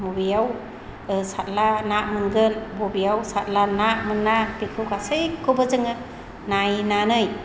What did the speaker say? बबेयाव सारोब्ला ना मोनगोन बबेयाव सारोब्ला ना मोना बेखौ गासैखौबो जोङो नायनानै